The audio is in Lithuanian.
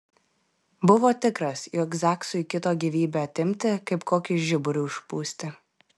buvo tikras jog zaksui kito gyvybę atimti kaip kokį žiburį užpūsti